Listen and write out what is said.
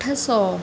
अठ सौ